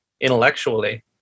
intellectually